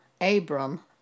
Abram